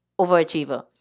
Overachiever